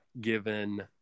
given